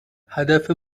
هدف